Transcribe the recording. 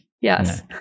Yes